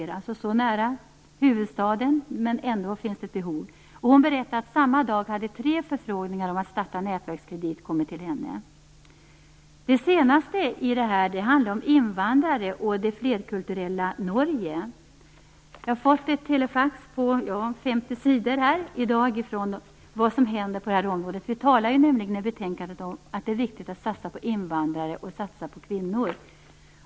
Det är alltså så nära huvudstaden, men det finns ändå ett behov av detta. Hon berättade att samma dag hade tre förfrågningar om att starta nätverkskredit kommit till henne. Det senaste i detta handlar om invandrare och det flerkulturella Norge. Jag har fått ett telefax på 50 sidor om vad som händer på det här området. I betänkandet talar vi ju om att det är viktigt att satsa på invandrare och kvinnor.